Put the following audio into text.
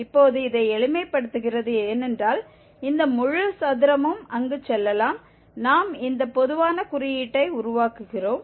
இப்போது இதை எளிமைப்படுத்துகிறது ஏனென்றால் இந்த முழு சதுரமும் அங்கு செல்லலாம் நாம் இந்த பொதுவான குறியீட்டை உருவாக்குகிறோம்